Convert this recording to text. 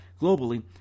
Globally